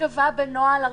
ייקבע בנוהל ארצי.